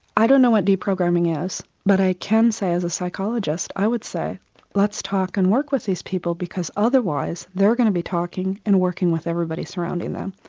i don't know what deprogramming is, but i can say as a psychologist i would say let's talk and work with these people because otherwise they're going to be talking and working with everybody surrounding them.